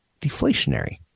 deflationary